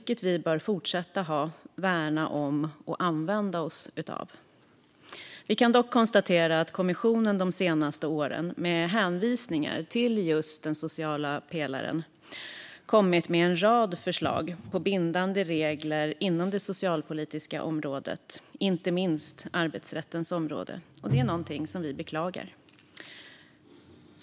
Den bör vi fortsätta att ha, värna om och använda oss av. Vi kan dock konstatera att kommissionen de senaste åren, med hänvisning till just den sociala pelaren, har kommit med en rad förslag på bindande regler på det socialpolitiska området, inte minst på arbetsrättens område. Detta är något som vi beklagar.